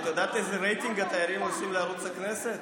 את יודעת איזה רייטינג התיירים עושים לערוץ הכנסת?